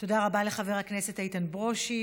תודה רבה לחבר הכנסת איתן ברושי.